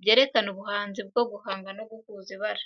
byerekana ubuhanzi bwo guhanga no guhuza ibara.